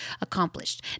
accomplished